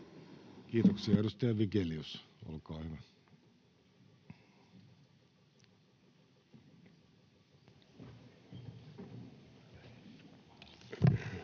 Kiitoksia. — Edustaja Vigelius, olkaa hyvä.